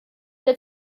der